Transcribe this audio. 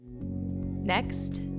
Next